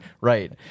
right